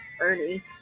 Ernie